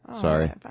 sorry